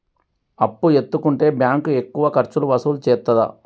అప్పు ఎత్తుకుంటే బ్యాంకు ఎక్కువ ఖర్చులు వసూలు చేత్తదా?